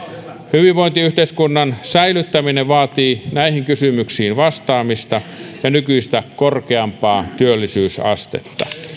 hyvinvointiyhteiskunnan säilyttäminen vaatii näihin kysymyksiin vastaamista ja nykyistä korkeampaa työllisyysastetta